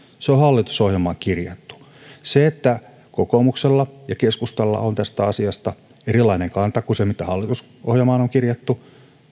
se on hallitusohjelmaan kirjattu siihen että kokoomuksella ja keskustalla on tästä asiasta erilainen kanta kuin se mitä hallitusohjelmaan on kirjattu